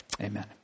amen